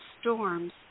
storms